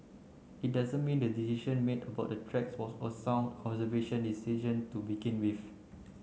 it doesn't mean the decision made about the tracks was a sound conservation decision to begin with